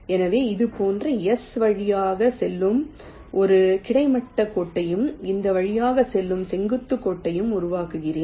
எனவே இது போன்ற S வழியாக செல்லும் ஒரு கிடைமட்ட கோட்டையும் இந்த வழியாக செல்லும் செங்குத்து கோட்டையும் உருவாக்குகிறேன்